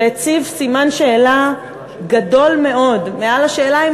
שהציב סימן שאלה גדול מאוד מעל לשאלה אם